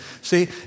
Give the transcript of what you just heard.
See